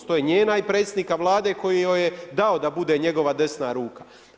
To je njena i predsjednika Vlade, koji joj je dao da bude njegova desna ruka.